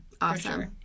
Awesome